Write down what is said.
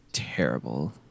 Terrible